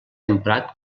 emprat